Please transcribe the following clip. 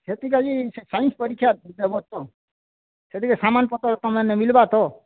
ସେଥିକାଜି science ପରୀକ୍ଷା ଦେବ ତ ସେ ସାମାନ୍ପତ୍ର ତ ମାନେ ମିଳିବା ତ